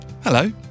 Hello